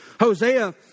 Hosea